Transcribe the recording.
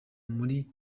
muri